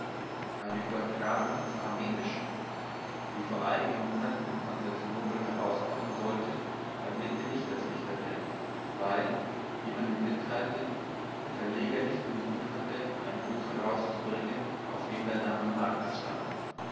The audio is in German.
eine übertragung ins armenische die vor einigen monaten in konstantinopel herauskommen sollte erblickte nicht das licht der welt weil wie man mir mitteilte der verleger nicht den mut hatte ein buch herauszubringen auf dem der name marx stand